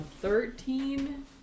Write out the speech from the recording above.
Thirteen